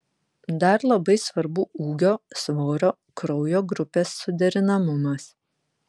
dar labai svarbu ūgio svorio kraujo grupės suderinamumas